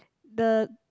the